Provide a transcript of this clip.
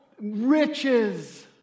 riches